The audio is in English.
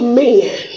men